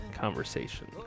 Conversation*